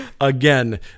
Again